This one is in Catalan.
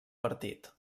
partit